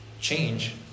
change